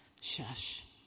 shush